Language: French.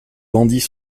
bandits